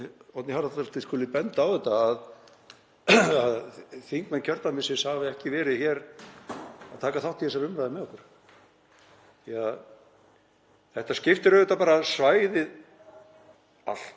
Oddný Harðardóttir skuli benda á þetta, að þingmenn kjördæmisins hafi ekki verið hér að taka þátt í þessari umræðu með okkur, því að þetta skiptir auðvitað bara svæðið allt